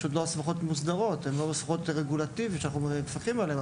אבל הן לא הסמכות מוסדרות שאנחנו מפקחים עליהן.